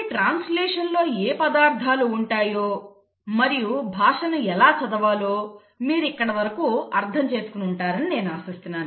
కాబట్టి ట్రాన్స్లేషన్ లో ఏ పదార్ధాలు ఉంటాయో మరియు భాషను ఎలా చదవాలో మీరు ఇక్కడ వరకు అర్థం చేసుకుని ఉంటారని నేను ఆశిస్తున్నాను